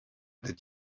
that